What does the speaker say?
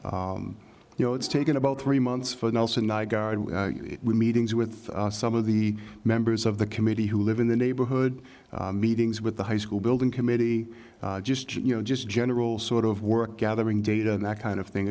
you know it's taken about three months for nelson meetings with some of the members of the committee who live in the neighborhood meetings with the high school building committee just you know just general sort of work gathering data and that kind of thing